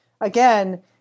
again